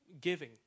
giving